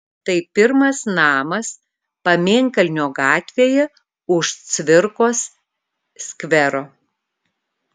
tai pirmas namas pamėnkalnio gatvėje už cvirkos skvero